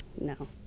No